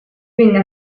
venne